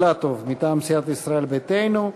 חבר הכנסת רוברט אילטוב מטעם סיעת ישראל ביתנו,